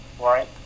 right